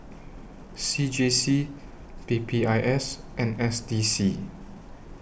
C J C P P I S and S D C